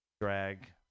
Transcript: drag